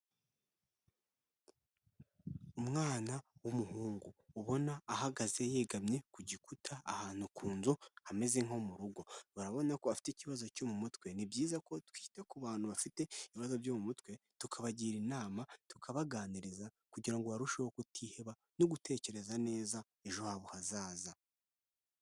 Umwana w'umuhungu ubona ahagaze yegamye ku gikuta, ahantu ku nzu hameze nko mu rugo, ubarabona ko afite ikibazo cyo mu mutwe. Ni byiza ko twita ku bantu bafite ibibazo byo mu mutwe, tukabagira inama, tukabaganiriza kugira ngo barusheho kutiheba no gutekereza neza ejo habo hazaza.